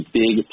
big